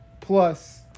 plus